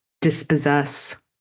dispossess